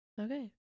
Okay